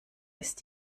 ist